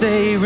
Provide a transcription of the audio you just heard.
Say